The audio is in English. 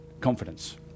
confidence